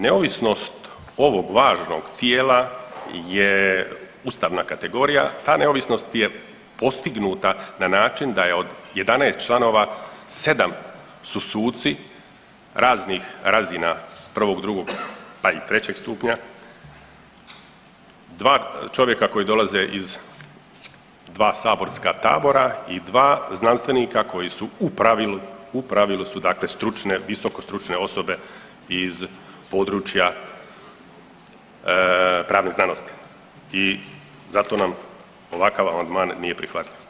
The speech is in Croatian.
Neovisnost ovog važnog tijela je ustavna kategorija, ta neovisnost je postignuta na način da je od 11 članova, 7 su suci raznih razina 1., 2., pa i 3. stupnja, 2 čovjeka koji dolaze iz 2 saborska tabora i 2 znanstvenika koji su u pravilu, u pravilu su dakle stručne, visokostručne osobe iz područja pravnih znanosti i zato nam ovakav amandman nije prihvatljiv.